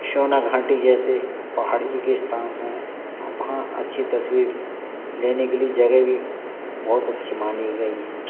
शोना घाटी जैसे पहाड़ी के स्थान हैं और वहाँ अच्छी तस्वीर लेने के लिए जगह भी बहुत अच्छी मानी गई हैं